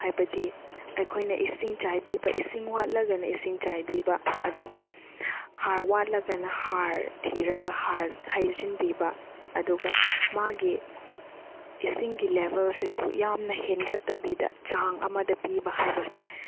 ꯍꯥꯏꯕꯗꯤ ꯑꯩꯈꯣꯏꯅ ꯏꯁꯤꯡ ꯆꯥꯏꯕꯤꯕ ꯏꯁꯤꯡ ꯋꯥꯠꯂꯒꯅ ꯏꯁꯤꯡ ꯆꯥꯏꯕꯤꯕ ꯑꯗꯨꯒ ꯍꯥꯔ ꯋꯥꯠꯂꯒꯅ ꯍꯥꯔ ꯊꯤꯔꯒ ꯍꯥꯔ ꯍꯩꯖꯤꯟꯕꯤꯕ ꯑꯗꯨꯒ ꯃꯥꯒꯤ ꯏꯁꯤꯡꯒꯤ ꯂꯦꯕꯦꯜꯁꯤꯁꯨ ꯌꯥꯝꯅ ꯍꯦꯟꯒꯠꯇꯕꯤꯗ ꯆꯥꯡ ꯑꯃꯗ ꯄꯤꯕ ꯍꯥꯏꯕꯁꯦ